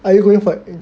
are you going for any